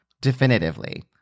definitively